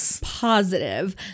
positive